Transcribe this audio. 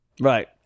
Right